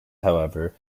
however